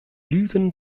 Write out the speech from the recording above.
lügen